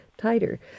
tighter